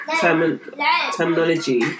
Terminology